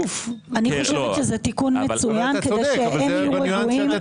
אני חושבת שזה תיקון מצוין כדי שהם יהיו רגועים.